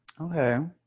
Okay